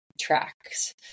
tracks